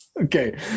Okay